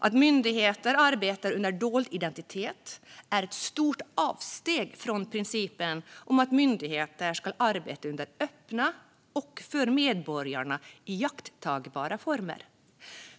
Att myndigheter arbetar under dold identitet är ett stort avsteg från principen att myndigheter ska arbeta under öppna och för medborgarna iakttagbara former. Fru talman!